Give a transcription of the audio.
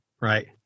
Right